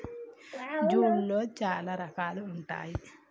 జూట్లో చాలా రకాలు ఉంటాయి